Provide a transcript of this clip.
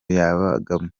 yabagamo